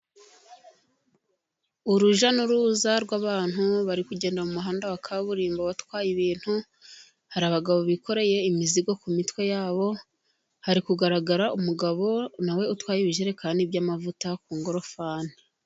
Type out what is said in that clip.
Urujya n'uruza rw'abantu bari kugenda mu muhanda wa kaburimbo batwaye ibintu, hari abagabo bikoreye imizigo ku mitwe yabo, hari kugaragara umugabo nawe utwaye ibijerekani by'amavuta ku ngorofani.